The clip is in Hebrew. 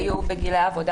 היו בגיל העבודה,